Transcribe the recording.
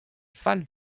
fall